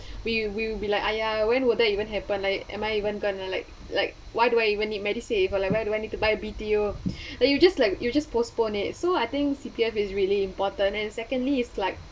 we we will be like !aiya! when will there even happen I am I even gonna like like why do I even need Medisave or like where do I need to buy a B_T_O then you just like you just postpone it so I think C_P_F is really important and secondly is like